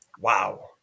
Wow